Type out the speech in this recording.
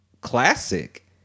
classic